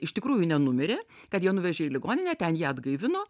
iš tikrųjų nenumirė kad ją nuvežė į ligoninę ten ją atgaivino